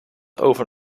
over